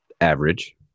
average